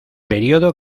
periodo